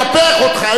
אין פה שום קיפוח.